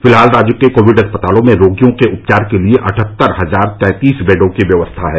फिलहाल राज्य के कोविड अस्पतालों में रोगियों के उपचार के लिए अठहत्तर हजार तैंतीस बिस्तरों की व्यवस्था है